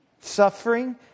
suffering